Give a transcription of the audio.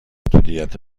محدودیت